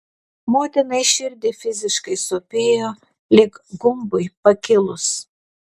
motinai širdį fiziškai sopėjo lyg gumbui pakilus